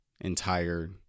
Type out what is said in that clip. entire